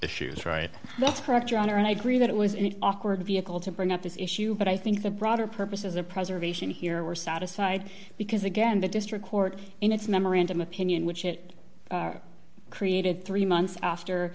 issues right that's correct your honor and i agree that it was an awkward vehicle to bring up this issue but i think the broader purposes of preservation here were satisfied because again the district court in its memorandum opinion which it created three months after